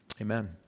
Amen